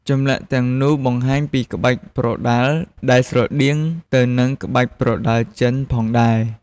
ចម្លាក់ទាំងនោះបង្ហាញពីក្បាច់ប្រដាល់ដែលស្រដៀងទៅនឹងក្បាច់ប្រដាល់ចិនផងដែរ។